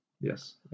Yes